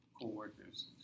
co-workers